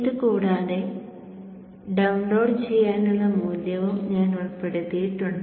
ഇത് കൂടാതെ ഡൌൺലോഡ് ചെയ്യാനുള്ള മൂല്യവും ഞാൻ ഉൾപ്പെടുത്തിയിട്ടുണ്ട്